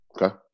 Okay